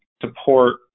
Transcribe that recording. support